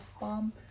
Bomb